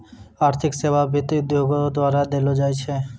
आर्थिक सेबा वित्त उद्योगो द्वारा देलो जाय छै